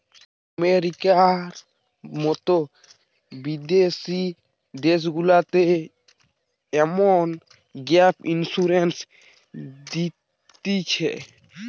আমেরিকার মতো বিদেশি দেশগুলাতে এমন গ্যাপ ইন্সুরেন্স হতিছে